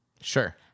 Sure